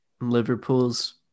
Liverpool's